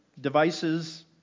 devices